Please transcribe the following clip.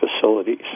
facilities